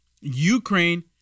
Ukraine